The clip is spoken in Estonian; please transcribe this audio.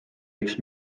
üks